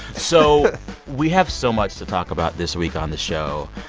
so we have so much to talk about this week on the show,